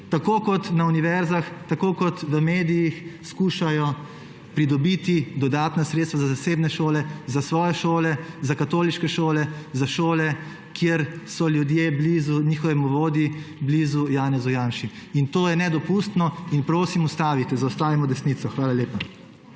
tako kot na univerzah, tako kot v medijih poskušajo pridobiti dodatna sredstva za zasebne šole, za svoje šole, za katoliške šole, za šole, kjer so ljudje blizu njihovemu vodji, blizu Janezu Janši. To je nedopustno in prosim, ustavite, zaustavimo desnico. Hvala lepa.